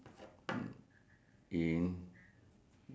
if cannot you must uh what they call lah you must uh